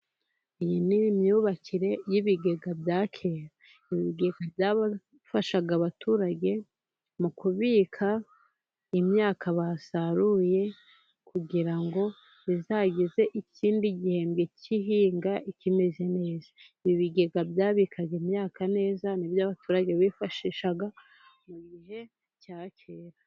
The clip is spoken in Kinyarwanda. Iyi ni imyubakire y'ibigega bya kera. Ibigega byabafashaga abaturage mu kubika imyaka basaruye, kugira ngo bizageze ikindi gihembwe cy'ihinga, bikimeze neza. Ibigega byabikaga imyaka neza, nibyo abaturage bifashishaga mu gihe cya kera.